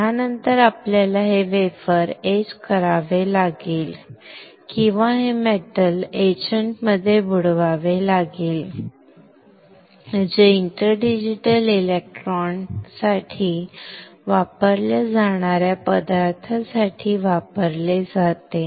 यानंतर आपल्याला हे वेफर एच लागेल किंवा हे वेफर मेटल एचंटमध्ये बुडवावे लागेल जे इंटरडिजिटल इलेक्ट्रॉन साठी वापरल्या जाणार्या पदार्थासाठी वापरले जाते